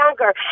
younger